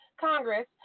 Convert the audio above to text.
congress